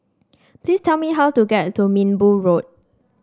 please tell me how to get to Minbu Road